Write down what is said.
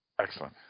Excellent